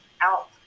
out